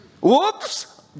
Whoops